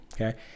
okay